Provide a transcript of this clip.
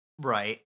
Right